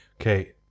Okay